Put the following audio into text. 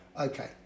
okay